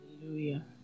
Hallelujah